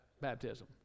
baptism